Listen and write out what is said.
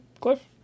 Cliff